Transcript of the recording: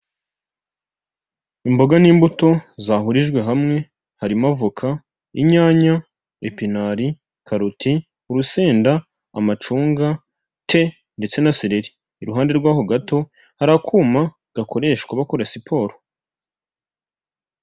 Imboga n'imbuto zahurijwe hamwe, harimo avoka, inyanya, epinari, karoti, urusenda, amacunga ndetse na seleri, iruhande rw'aho gato hari akuma gakoreshwa bakora siporo.